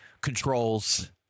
controls